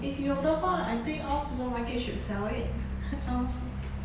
if 有的话 I think all supermarket should sell it sounds